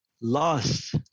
lost